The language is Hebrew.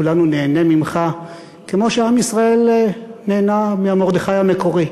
וכולנו ניהנה ממך כמו שעם ישראל נהנה ממרדכי המקורי.